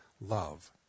love